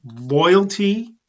loyalty